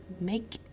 make